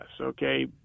okay